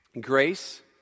Grace